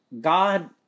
God